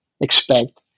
expect